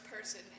person